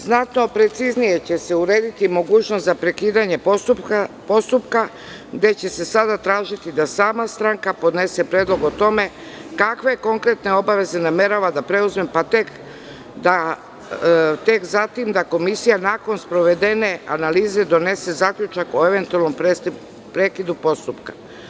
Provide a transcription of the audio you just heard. Znatno preciznije će se urediti mogućnost za prekidanje postupka, gde će se sada tražiti da sama stranka podnese predlog o tome kakve konkretne obaveze namerava da preuzme, a komisija nakon sprovedene analize donosi zaključak o eventualnom prekidu postupka.